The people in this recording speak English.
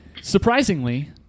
Surprisingly